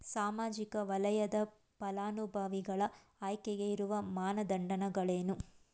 ಸಾಮಾಜಿಕ ವಲಯದ ಫಲಾನುಭವಿಗಳ ಆಯ್ಕೆಗೆ ಇರುವ ಮಾನದಂಡಗಳೇನು?